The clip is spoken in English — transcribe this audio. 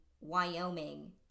Wyoming